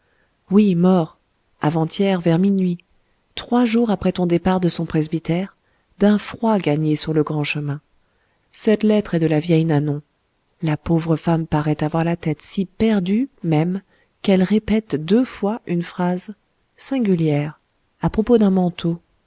oui mort avant-hier vers minuit trois jours après ton départ de son presbytère d'un froid gagné sur le grand chemin cette lettre est de la vieille nanon la pauvre femme paraît avoir la tête si perdue même qu'elle répète deux fois une phrase singulière à propos d'un manteau